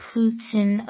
Putin